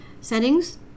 settings